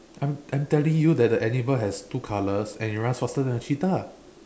I'm I'm telling you that the animal and has two colors and it runs faster than a cheetah